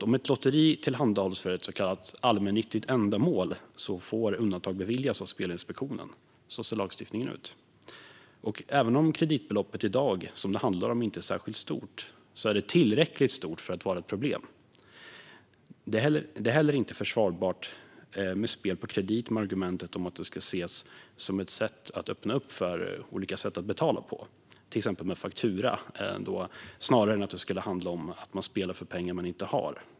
Om ett lotteri tillhandahålls för ett så kallat allmännyttigt ändamål får undantag beviljas av Spelinspektionen. Så ser lagstiftningen ut. Även om det kreditbelopp som det i dag handlar om inte är särskilt stort är det tillräckligt stort för att vara ett problem. Det är heller inte försvarbart med spel på kredit med argumentet att det ska ses som ett sätt att öppna upp för olika sätt att betala på, till exempel med faktura, snarare än att man spelar för pengar som man inte har.